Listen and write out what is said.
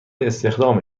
استخدام